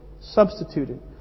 Substituted